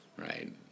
right